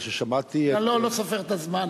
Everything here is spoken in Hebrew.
אבל כששמעתי, אני לא סופר את הזמן.